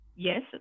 Yes